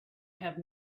have